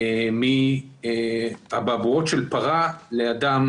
מאבעבועות של פרה לאדם